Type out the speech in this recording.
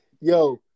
Yo